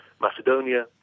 Macedonia